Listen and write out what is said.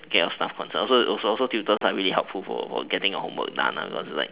get your stuff consult also also tutor are really helpful for getting your homework done because is like